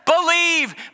Believe